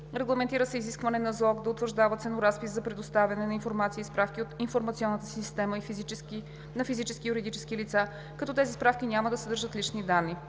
Регламентира се изискване НЗОК да утвърждава ценоразпис за предоставяне на информация и справки от информационната си система на физически и юридически лица, като тези справки няма да съдържат лични данни.